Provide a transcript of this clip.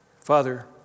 Father